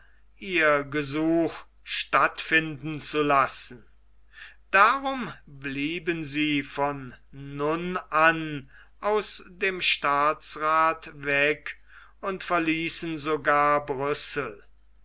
ihr gesuch stattfinden zu lassen darum blieben sie von nun an aus dem staatsrath weg und verließen sogar brüssel